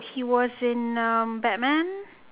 he was in um batman